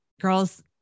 girls